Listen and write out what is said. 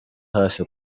hafi